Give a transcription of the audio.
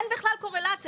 אין בכלל קורלציה.